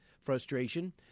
frustration